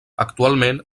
actualment